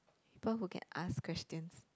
people who can ask questions